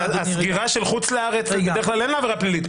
הסגירה של חוץ לארץ בדרך כלל אין לה עבירה פלילית,